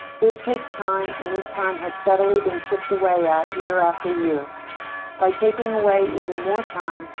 this takes time and this time has steadily been chipped away at year after year by taking away even more time,